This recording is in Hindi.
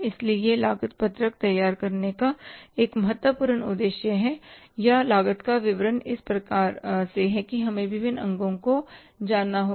इसलिए यह लागत पत्रक तैयार करने का एक महत्वपूर्ण उद्देश्य है या लागत का विवरण इस प्रकार है कि हमें विभिन्न अंगों को जानना होगा